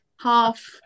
half